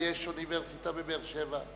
ויש אוניברסיטה בבאר-שבע.